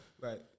Right